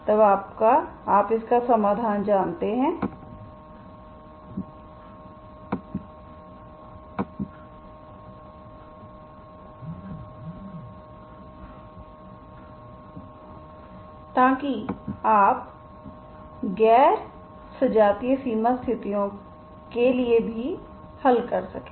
तब आप इसका समाधान जानते हैं ताकि आप गैर सजातीय सीमा स्थितियों के लिए भी हल कर सकें